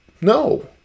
No